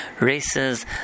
races